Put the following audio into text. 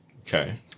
Okay